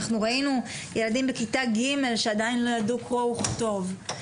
אנחנו ראינו ילדים בכיתה ג' שעדיין לא ידעו קרוא וכתוב.